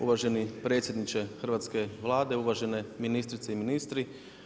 Uvaženi predsjedniče hrvatske Vlade, uvažene ministrice i ministri.